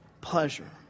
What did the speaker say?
pleasure